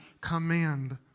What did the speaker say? command